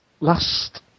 Last